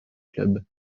club